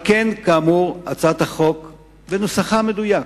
על כן, כאמור, הצעת החוק בנוסחה המדויק,